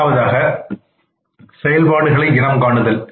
முதலாவதாக செயல்பாடுகளை இனம் காணுதல்